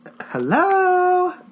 Hello